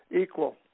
equal